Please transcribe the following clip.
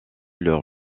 leur